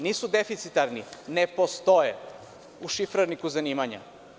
Nisu deficitarni, ne postoje u šifarniku zanimanja.